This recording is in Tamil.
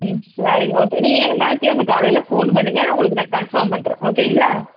ம் சரிங்க ஓகே நீங்கள் எனக்கு ஞாயிற்றுக் கெழமை காலையில் ஃபோன் பண்ணுங்க நான் உங்களுக்கு நான் கன்ஃபார்ம் பண்ணுறேன் ஓகேங்களா